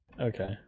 Okay